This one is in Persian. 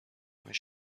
نمی